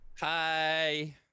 Hi